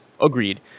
agreed